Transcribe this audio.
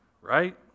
Right